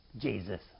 Jesus